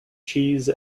cheese